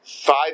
five